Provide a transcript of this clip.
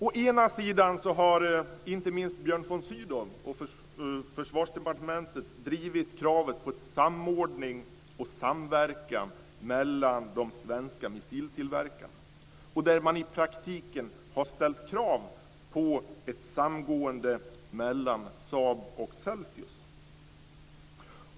Å ena sidan har inte minst Björn von Sydow och Försvarsdepartementet drivit kravet på en samordning och samverkan mellan de svenska missiltillverkarna. I praktiken har man ställt krav på ett samgående mellan Saab och Celsius.